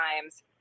Times